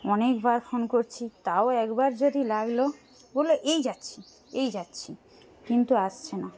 অনেকবার ফোন করছি তাও একবার যদি লাগলো বললো এই যাচ্ছি এই যাচ্ছি কিন্তু আসছে না